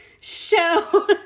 show